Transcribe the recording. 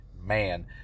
Man